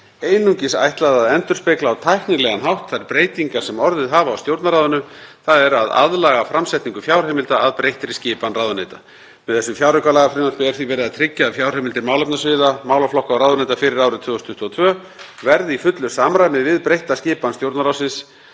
einungis ætlað að endurspegla á tæknilegan hátt þær breytingar sem orðið hafa á Stjórnarráðinu, þ.e. að aðlaga framsetningu fjárheimilda að breyttri skipan ráðuneyta. Með þessu fjáraukalagafrumvarpi er því verið að tryggja að fjárheimildir málefnasviða, málaflokka og ráðuneyta fyrir árið 2022 verði í fullu samræmi við breytta skipan Stjórnarráðsins